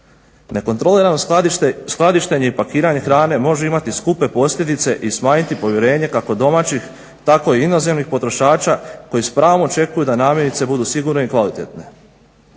Nekontrolirano skladištenje i pakiranje hrane može imati skupe posljedice i smanjiti povjerenje kako domaćih, tako i inozemnih potrošača koji s pravom očekuju da namirnice budu sigurne i kvalitetne.